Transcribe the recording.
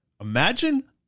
imagine